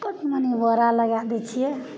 कनि मनि बोरा लगै दै छिए